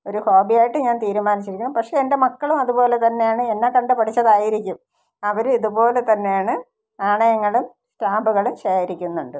ഒരു ഹോബിയായിട്ട് ഞാൻ തീരുമാനിച്ചിരിക്കുന്നു പക്ഷേ എൻ്റെ മക്കളും അതുപോലെ തന്നെയാണ് എന്നെ കണ്ട് പഠിച്ചതായിരിക്കും അവരെ ഇതുപോലെ തന്നെയാണ് നാണയങ്ങളും സ്റ്റാമ്പുകളും ശേഖരിക്കുന്നുണ്ട്